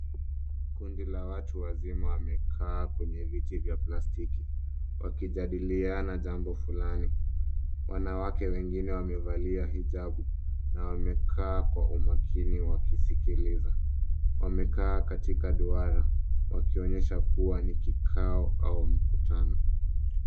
Kundi la watu wazima wamekaa kwenye viti vya plastiki wakijadiliana jambo fulani. Wanawake wengine wamevalia hijabu na wamekaa kwa umakini wa kisikiliza. Wamekaa katika duara wakionyesha kuwa ni kikao au mkutano.